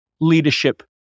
leadership